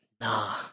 nah